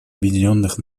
объединенных